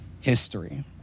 history